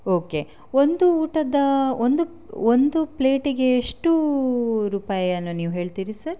okay ಒಂದು ಊಟದ ಒಂದು ಒಂದು ಪ್ಲೇಟಿಗೆ ಎಷ್ಟು ರೂಪಾಯಿಯನ್ನು ನೀವು ಹೇಳ್ತೀರಿ ಸರ್